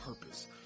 purpose